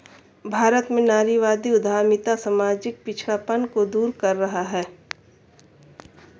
भारत में नारीवादी उद्यमिता सामाजिक पिछड़ापन को दूर कर रहा है